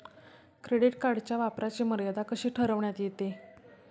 Credit कार्डच्या वापराची मर्यादा कशी ठरविण्यात येते?